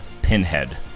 Pinhead